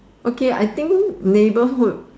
okay I think neighbourhood